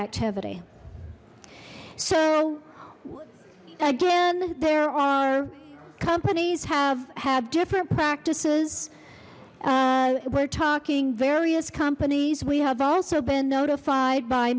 activity so again there are companies have have different practices we're talking various companies we have also been notified by